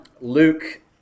Luke